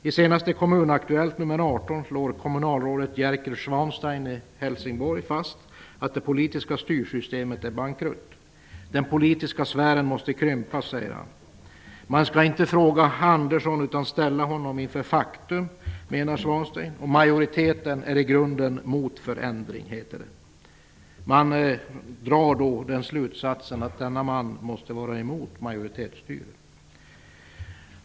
I senaste Kommun Aktuellt, nr 18, slår kommunalrådet Jerker Swanstein i Hälsingborg fast att det politiska styrsystemet är bankrutt. Den politiska sfären måste krympas, säger han. Man skall inte fråga Andersson utan ställa honom inför faktum, menar Swanstein. Majoriteten är i grunden mot förändring, heter det. Man måste då dra slutsatsen att denne man är emot majoritetsstyre.